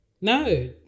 No